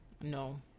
No